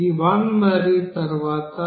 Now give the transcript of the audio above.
ఇది 1 మరియు తరువాత